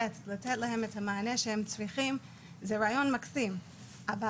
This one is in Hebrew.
ח' לתת להם את המענה שהם צריכים זה רעיון מקסים אבל